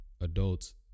adults